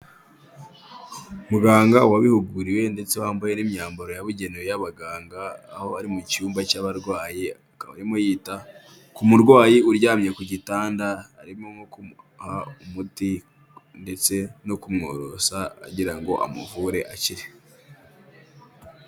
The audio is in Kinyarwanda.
Muganga wabihuguriwe ndetse wambaye n'imyambaro yabugenewe y'abaganga, aho ari mu cyumba cy'abarwayi. Akaba arimo yita ku murwayi uryamye ku gitanda, arimo nko kumuha umuti ndetse no kumworosa agira ngo amuvure akire.